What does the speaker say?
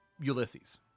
Ulysses